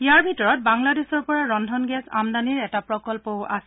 ইয়াৰ ভিতৰত বাংলাদেশৰ পৰা ৰন্ধন গেছ আমদানিৰ এটা প্ৰকল্পও আছে